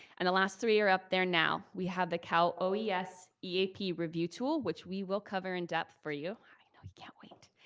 and the last three are up there now. we have the cal oes eap review tool, which we will cover in depth for you. i know you can't wait.